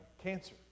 Cancer